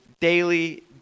daily